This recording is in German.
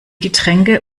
getränke